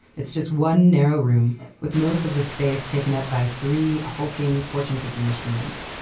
it's just one narrow room with most of the space taken up by three hulking fortune cookie machines,